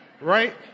Right